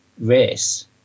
race